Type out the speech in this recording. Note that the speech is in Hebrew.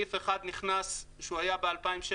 סעיף 1 נכנס כשהוא היה ב 2017-2016,